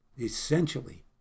essentially